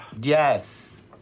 Yes